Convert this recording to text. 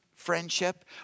friendship